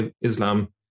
Islam